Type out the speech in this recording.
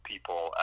people